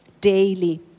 daily